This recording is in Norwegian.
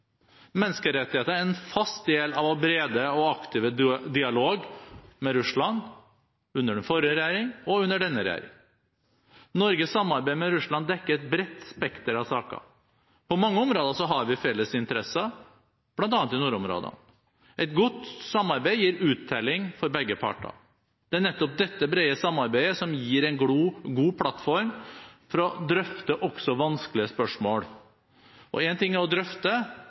Menneskerettigheter er en fast del av vår brede og aktive dialog med Russland – under den forrige regjering og under denne regjering. Norges samarbeid med Russland dekker et bredt spekter av saker. På mange områder har vi felles interesser, bl.a. i nordområdene. Et godt samarbeid gir uttelling for begge parter. Det er nettopp dette brede samarbeidet som gir en god plattform for å drøfte også vanskelige spørsmål. Og én ting er å drøfte,